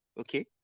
okay